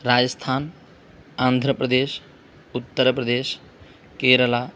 Rajasthan Andhra Pradesh Uttar Pradesh Kerala